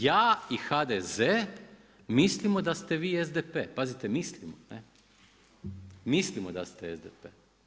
Ja i HDZ mislimo da ste vi SDP, pazite mislimo, mislimo da ste SDP.